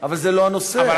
אבל זה לא הנושא עכשיו.